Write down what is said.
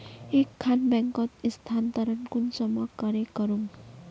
एक खान बैंकोत स्थानंतरण कुंसम करे करूम?